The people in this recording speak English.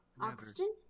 Oxygen